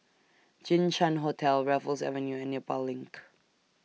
Jinshan Hotel Raffles Avenue and Nepal LINK